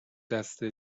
دسته